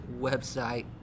website